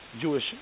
Jewish